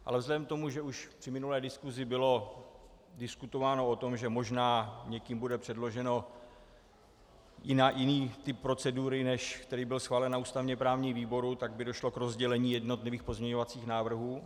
Ale vzhledem k tomu, že už při minulé diskusi bylo diskutováno o tom, že možná někým bude předložen jiný typ procedury, než který byl schválen na ústavněprávním výboru, tak by došlo k rozdělení jednotlivých pozměňovacích návrhů.